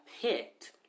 picked